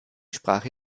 sprache